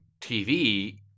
TV